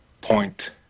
point